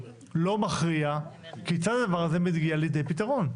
לא מכריע - כיצד הדבר הזה מגיע לידי פתרון?